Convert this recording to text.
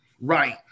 Right